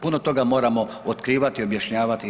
Puno toga moramo otkrivati, objašnjavati itd.